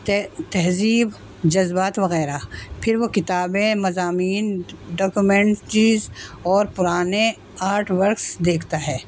تہذیب جذبات وغیرہ پھر وہ کتابیں مضامین ڈاکومینٹریز اور پرانے آرٹ ورکس دیکھتا ہے